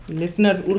listeners